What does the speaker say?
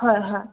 হয় হয়